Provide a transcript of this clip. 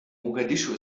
mogadischu